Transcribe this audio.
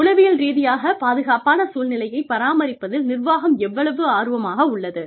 உளவியல் ரீதியாகப் பாதுகாப்பான சூழ்நிலையைப் பராமரிப்பதில் நிர்வாகம் எவ்வளவு ஆர்வமாக உள்ளது